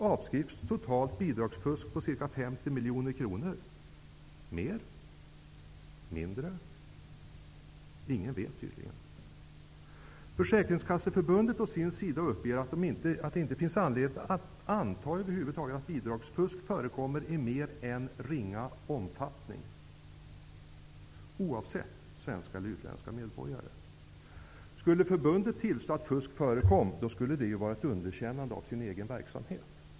Avskrivs totalt bidragsfusk på 50 miljoner kronor? Är det mer eller mindre? Tydligen är det ingen som vet. Försäkringskasseförbundet, å sin sida, uppger att det inte finns anledning att över huvud taget anta att bidragsfusk förekommer mer än i ringa omfattning, oavsett om det är svenska eller utländska medborgare. Skulle förbundet tillstå att fusk förekommer, skulle detta vara ett underkännande av den egna verksamheten.